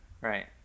right